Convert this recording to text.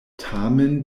tamen